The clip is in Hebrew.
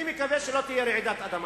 אני מקווה שלא תהיה רעידת אדמה,